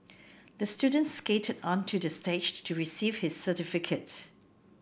the student skated onto the stage to receive his certificate